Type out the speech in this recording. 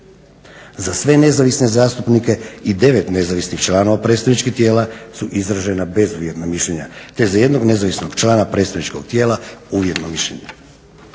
Za sve nezavisne zastupnike i 9 nezavisnih članova predstavničkih tijela su izražena bezuvjetna mišljenja, te za jednog nezavisnog člana predstavničkog tijela uvjetno mišljenje.